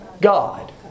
God